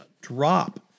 drop